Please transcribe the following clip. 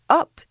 up